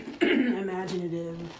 imaginative